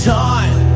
time